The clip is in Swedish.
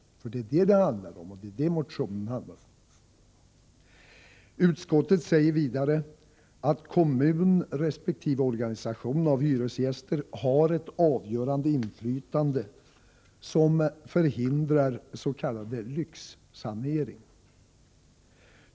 Det är det som vpk-motionen handlar om. Utskottet säger vidare att kommun resp. organisation av hyresgäster har ett avgörande inflytande som förhindrar s.k. lyxsanering.